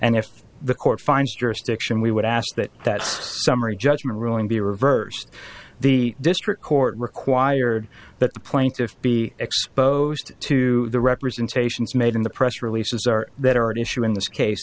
and if the court finds jurisdiction we would ask that that's summary judgment ruling be reversed the district court required that the plaintiff be exposed to the representations made in the press releases are that are at issue in this case